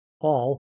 Paul